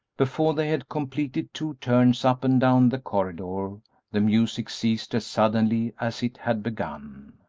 before they had completed two turns up and down the corridor the music ceased as suddenly as it had begun.